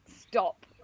stop